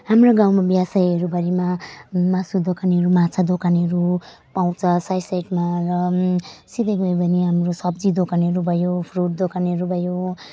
हाम्रो गाउँमा व्यवसायीहरूभरिमा मासु दोकानहरू माछा दोकानहरू पाउँछ साइड साइडमा र सिधै गयो भने हाम्रो सब्जी दोकानहरू भयो फ्रुट दोकानहरू भयो